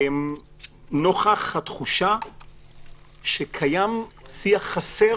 נוכח התחושה שקיים שיח חסר